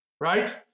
Right